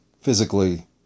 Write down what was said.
physically